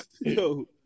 yo